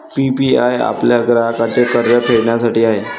PPI आपल्या ग्राहकांचे कर्ज फेडण्यासाठी आहे